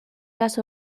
las